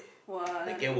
one